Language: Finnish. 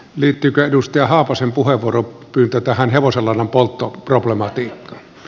liittyykö edustaja haapasen puheenvuoropyyntö tähän hevosenlannan polttoproblematiikkaan